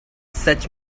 such